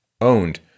owned